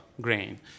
grain